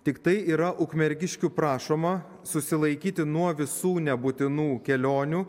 tiktai yra ukmergiškių prašoma susilaikyti nuo visų nebūtinų kelionių